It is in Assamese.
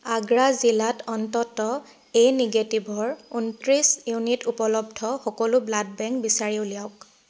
আগ্ৰা জিলাত অন্ততঃ এ নিগেটিভৰ ঊনত্ৰিছ ইউনিট উপলব্ধ সকলো ব্লাড বেংক বিচাৰি উলিয়াওক